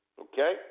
Okay